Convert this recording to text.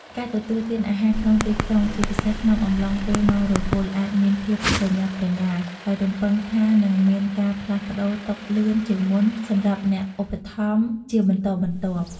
ការទទួលទានអាហារក្នុងទីក្រុង ជាពិសេសក្នុងអំឡុងពេលម៉ោងរវល់ អាចមានភាពប្រញាប់ប្រញាល់ ដោយរំពឹងថានឹងមានការផ្លាស់ប្តូរតុលឿនជាងមុនសម្រាប់អ្នកឧបត្ថម្ភជាបន្តបន្ទាប់។